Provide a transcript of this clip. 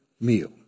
meal